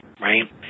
right